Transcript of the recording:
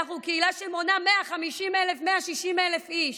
אנחנו קהילה שמונה 150,000 160,000 איש.